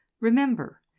Remember